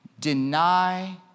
Deny